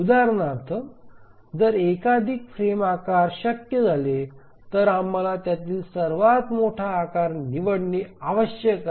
उदाहरणार्थ जर एकाधिक फ्रेम आकार शक्य झाले तर आम्हाला त्यातील सर्वात मोठे आकार निवडणे आवश्यक आहे